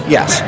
Yes